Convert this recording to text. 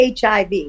HIV